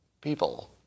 people